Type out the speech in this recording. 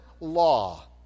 law